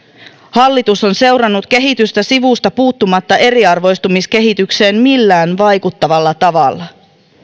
hallitus on seurannut kehitystä sivusta puuttumatta eriarvoistumiskehitykseen millään vaikuttavalla tavalla